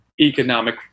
economic